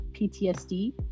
PTSD